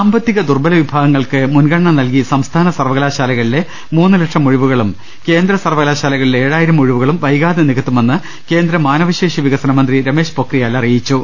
സാമ്പത്തിക ദുർബല വിഭാഗങ്ങൾക്ക് മുൻഗണന നൽകി സംസ്ഥാന സർവകലാശാലകളിലെ മൂന്ന്ലക്ഷം ഒഴിവുകളും കേന്ദ്ര സർവകലാശാ ലകളിലെ ഏഴായിരം ഒഴിവുകളും വൈകാതെ നികത്തുമെന്ന് കേന്ദ്ര മാന വശേഷി വികസനമന്ത്രി രമേശ് പൊക്രിയാൽ അറിയിച്ചു